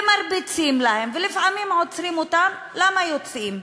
ומרביצים להם, ולפעמים עוצרים אותם, למה יוצאים?